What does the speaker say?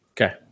Okay